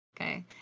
okay